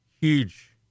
huge